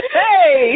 hey